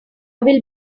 will